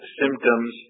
symptoms